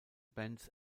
bands